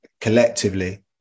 collectively